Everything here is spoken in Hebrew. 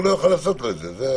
הוא לא יכול לעשות לו את זה.